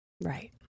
Right